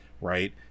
right